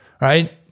Right